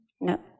No